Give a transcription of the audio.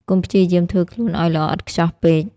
កុំព្យាយាមធ្វើខ្លួនឱ្យល្អឥតខ្ចោះពេក។